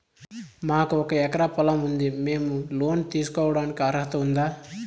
మాకు ఒక ఎకరా పొలం ఉంది మేము లోను తీసుకోడానికి అర్హత ఉందా